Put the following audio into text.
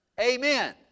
Amen